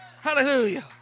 Hallelujah